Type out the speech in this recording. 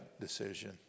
decision